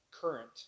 current